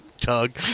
tug